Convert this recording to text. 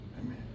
Amen